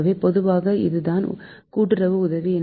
ஆக பொதுவாக இதுதான் கூட்டுறவு உதவி